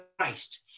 Christ